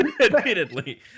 Admittedly